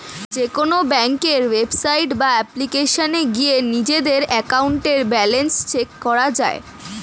যেকোনো ব্যাংকের ওয়েবসাইট বা অ্যাপ্লিকেশনে গিয়ে নিজেদের অ্যাকাউন্টের ব্যালেন্স চেক করা যায়